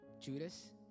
Judas